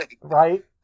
Right